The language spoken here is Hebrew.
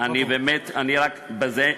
באמת, אני רק בזה,